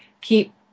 keep